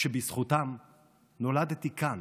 שבזכותם נולדתי כאן.